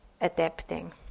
adapting